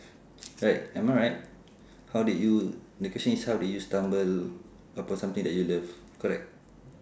right am I right how did you the question is how did you stumble upon something that you love correct